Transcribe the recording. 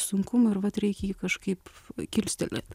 sunkumų ir vat reikia jį kažkaip kilstelėt